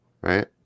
right